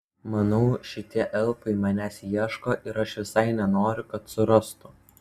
manau šitie elfai manęs ieško ir aš visai nenoriu kad surastų